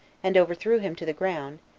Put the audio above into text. and overthrew him to the ground,